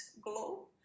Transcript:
glow